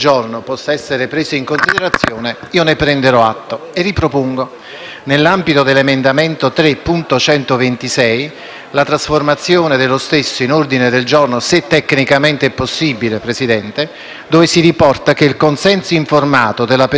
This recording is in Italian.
nell'ambito dell'emendamento 3.126, la richiesta di trasformazione dello stesso in ordine del giorno, se tecnicamente possibile, dove si riporta che «Il consenso informato della persona interdetta ai sensi dell'articolo 414 del codice civile